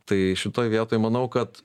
tai šitoj vietoj manau kad